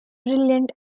brilliant